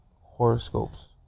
horoscopes